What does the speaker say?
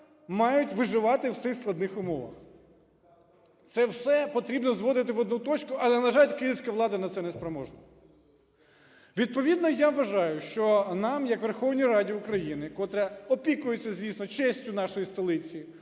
мають виживати в цих складних умовах. Це все потрібно зводити в одну точку, але, на жаль, київська влада на це неспроможна. Відповідно я вважаю, що нам як Верховній Раді України, котра опікується, звісно, честю нашої столиці,